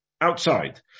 outside